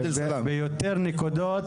שתיגע ביותר נקודות,